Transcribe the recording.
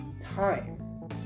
time